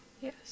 Yes